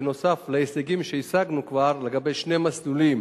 בנוסף להישגים שהשגנו כבר לגבי שני מסלולים,